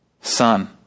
son